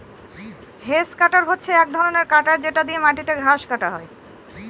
hedge cutter হচ্ছে এক ধরনের কাটার যেটা দিয়ে মাটিতে ঘাস কাটা হয়